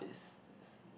is is